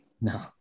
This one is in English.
No